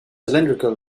cylindrical